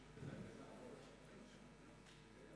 בבקשה.